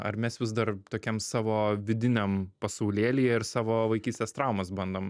ar mes vis dar tokiam savo vidiniam pasaulėlyje ir savo vaikystės traumas bandom